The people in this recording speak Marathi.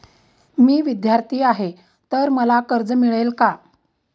मी विद्यार्थी आहे तर मला कर्ज मिळेल का?